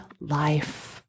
life